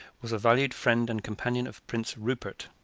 was a valued friend and companion of prince rupert,